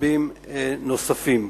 רבים נוספים.